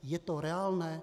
Je to reálné?